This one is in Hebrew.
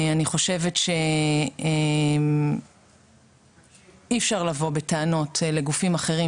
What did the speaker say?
אני חושבת שאי אפשר לבוא בטענות לגופים אחרים